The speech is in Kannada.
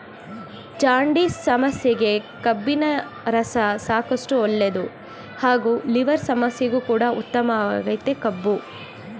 ಜಾಂಡಿಸ್ ಸಮಸ್ಯೆಗೆ ಕಬ್ಬಿನರಸ ಸಾಕಷ್ಟು ಒಳ್ಳೇದು ಹಾಗೂ ಲಿವರ್ ಸಮಸ್ಯೆಗು ಕೂಡ ಉತ್ತಮವಾಗಯ್ತೆ ಕಬ್ಬು